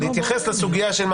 נכון.